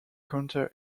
counter